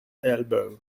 elbow